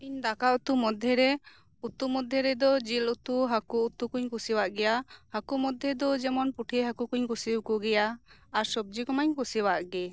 ᱤᱧ ᱫᱟᱠᱟ ᱩᱛᱩ ᱢᱚᱫᱽᱫᱷᱮ ᱨᱮ ᱩᱛᱩ ᱢᱚᱫᱽᱫᱷᱮ ᱨᱮᱫᱚ ᱡᱮᱹᱞ ᱩᱛᱩ ᱦᱟᱠᱳ ᱩᱛᱩᱠᱚᱧ ᱠᱩᱥᱤᱭᱟᱜ ᱜᱮᱭᱟ ᱦᱟᱠᱳ ᱢᱚᱫᱽᱫᱷᱮ ᱫᱚ ᱡᱮᱢᱚᱱ ᱯᱩᱴᱷᱤ ᱦᱟᱹᱠᱳ ᱠᱩᱧ ᱠᱩᱥᱤᱭᱟᱠᱚ ᱜᱮᱭᱟ ᱟᱨ ᱥᱚᱵᱽᱡᱤ ᱠᱚᱢᱟᱧ ᱠᱩᱥᱤᱭᱟᱜ ᱜᱮ